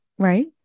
right